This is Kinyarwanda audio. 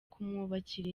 kumwubakira